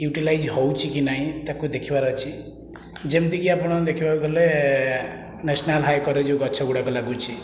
utilise ହେଉଛି କି ନାହିଁ ତାକୁ ଦେଖିବାର ଅଛି ଯେମିତିକି ଆପଣ ଦେଖିବାକୁ ଗଲେ ନ୍ୟାସନାଲ୍ ହାଇ କଡ଼ରେ ଯେଉଁ ଗଛ ଗୁଡ଼ାକ ଲାଗୁଛି